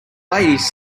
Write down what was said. ladies